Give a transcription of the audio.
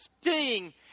sting